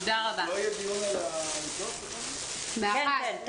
הישיבה ננעלה בשעה 13:05.